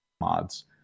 mods